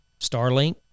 Starlink